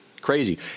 crazy